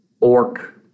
orc